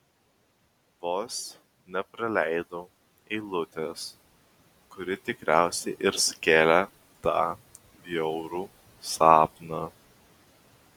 vos nepraleidau eilutės kuri tikriausiai ir sukėlė tą bjaurų sapną